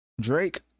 drake